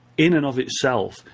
in and of itself,